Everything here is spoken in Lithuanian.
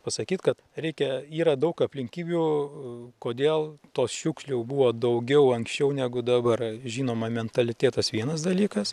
pasakyt kad reikia yra daug aplinkybių kodėl tos šiukšlių buvo daugiau anksčiau negu dabar žinoma mentalitetas vienas dalykas